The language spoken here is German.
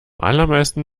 allermeisten